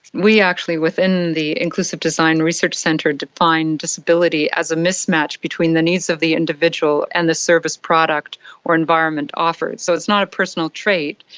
we actually within the inclusive design research centre define disability as a mismatch between the needs of the individual and the service product or environment offered. so it's not a personal trait,